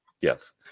Yes